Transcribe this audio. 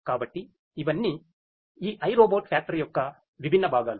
కాబట్టి ఇవన్నీ ఈ iRobot ఫ్యాక్టరీ యొక్క విభిన్న భాగాలు